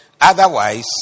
Otherwise